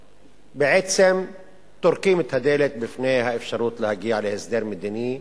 בעצם טורקים את הדלת בפני האפשרות להגיע להסדר מדיני,